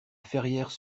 ferrières